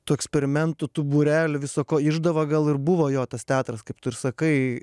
tų eksperimentų tų būrelių viso ko išdava gal ir buvo jo tas teatras kaip tu ir sakai